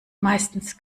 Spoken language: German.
meistens